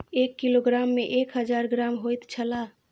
एक किलोग्राम में एक हजार ग्राम होयत छला